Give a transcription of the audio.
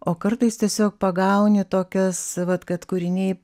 o kartais tiesiog pagauni tokias vat kad kūriniai